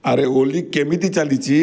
ଆରେ ଓଲି କେମିତି ଚାଲିଛି